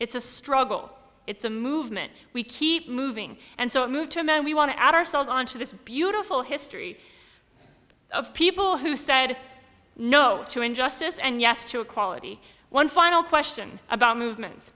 it's a struggle it's a movement we keep moving and so move to men we want to add ourselves on to this beautiful history of people who said no to injustice and yes to equality one final question about movements